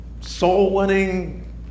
soul-winning